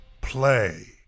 play